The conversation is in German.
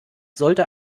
sollte